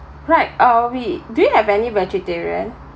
right uh we do you have any vegetarian